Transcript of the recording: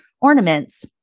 ornaments